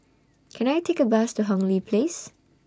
Can I Take A Bus to Hong Lee Place